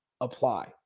Apply